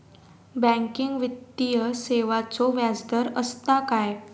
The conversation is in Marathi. बँकिंग वित्तीय सेवाचो व्याजदर असता काय?